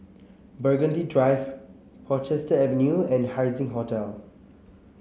Burgundy Drive Portchester Avenue and Haising Hotel